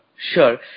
Sure